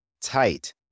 tight